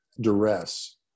duress